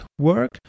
work